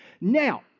Now